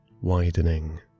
widening